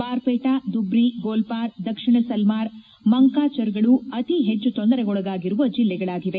ಬಾರ್ಪೇಟಾ ದುಬ್ರಿ ಗೋಲ್ಪಾರ ದಕ್ಷಿಣ ಸಲ್ಕಾರ ಮಂಕಾಚರ್ಗಳು ಅತಿ ಹೆಚ್ಚು ತೊಂದರೆಗೊಳಗಾಗಿರುವ ಜಿಲ್ಲೆಗಳಾಗಿವೆ